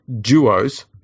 duos